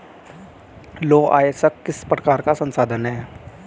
लौह अयस्क किस प्रकार का संसाधन है?